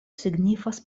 signifas